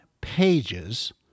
pages